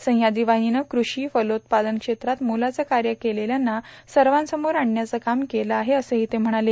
सह्याद्री वाहिनीनं कृषी फलोत्पादन क्षेत्रात मोलाचं कार्य केलेल्यांना सर्वासमोर आणण्याचं काम केलं आहे असंही ते म्हणाले